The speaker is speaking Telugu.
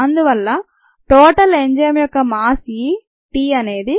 అందువల్ల టోటల్ ఎంజైమ్ యొక్క మాస్ E t అనేది